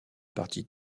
partie